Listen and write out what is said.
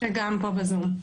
פה בזום.